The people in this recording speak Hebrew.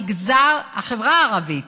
המגזר, החברה הערבית,